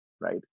right